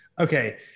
okay